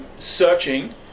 searching